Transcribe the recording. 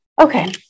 Okay